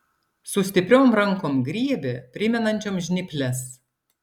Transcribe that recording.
su stipriom rankom griebė primenančiom žnyples